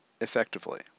effectively